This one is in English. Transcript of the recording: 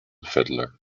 fiddler